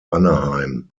anaheim